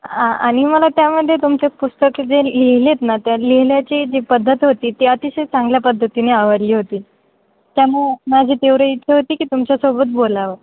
आ आणि मला त्यामध्ये तुमचे पुस्तक जे लिहिलेत ना त्या लिहिण्याची जी पद्धत होती ती अतिशय चांगल्या पद्धतीने आवडली होती त्यामुळे माझी तेवढं इच्छा होती की तुमच्यासोबत बोलावं